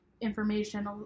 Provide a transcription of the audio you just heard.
information